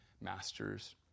masters